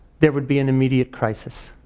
there would be an immediate crisis.